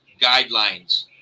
guidelines